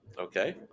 okay